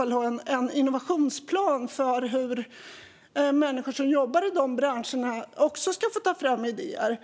man ha en innovationsplan för hur även människor som jobbar i de branscherna ska få ta fram idéer.